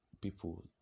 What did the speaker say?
people